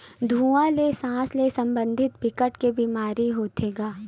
धुवा ले सास ले संबंधित बिकट के बेमारी होथे गा